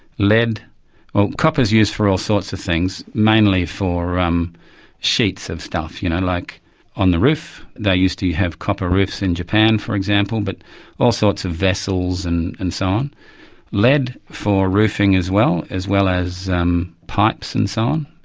lead well copper's used for all sorts of things, mainly for um sheets of stuff, you know, like on the roof. they used to have copper roofs in japan for example, but all sorts of vessels and and so on lead for roofing as well, as well as um pipes and so on.